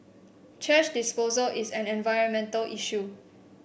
thrash disposal is an environmental issue